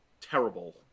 terrible